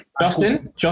Justin